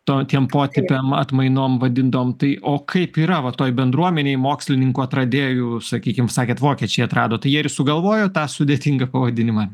to tiem potipiam atmainom vadindavom tai o kaip yra va toj bendruomenėj mokslininkų atradėjų sakykim sakėt vokiečiai atrado tai jie ir sugalvojo tą sudėtingą pavadinimą